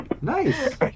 Nice